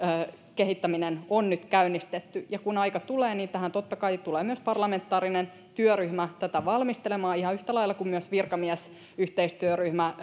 kehittäminen on nyt käynnistetty ja kun aika tulee niin tähän totta kai tulee myös parlamentaarinen työryhmä tätä valmistelemaan ihan yhtä lailla kuin myös virkamiesyhteistyöryhmä